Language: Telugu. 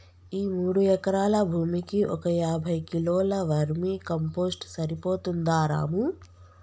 ఈ మూడు ఎకరాల భూమికి ఒక యాభై కిలోల వర్మీ కంపోస్ట్ సరిపోతుందా రాము